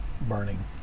burning